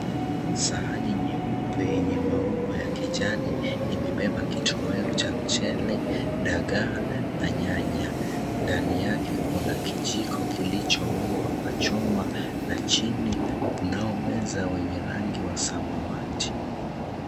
Sahani nyeupe yenye maua ya kijani, imebeba kitoweo cha mchele, dagaa na nyanya ndani yake, kuna kijiko kilichoundwa kwa chuma, na chini kunao meza wenye rangi ya samawati.